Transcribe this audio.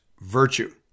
virtue